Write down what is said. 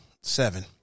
Seven